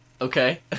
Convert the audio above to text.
Okay